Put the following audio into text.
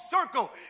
circle